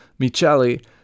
Micheli